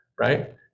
right